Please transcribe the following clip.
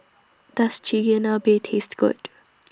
Does Chigenabe Taste Good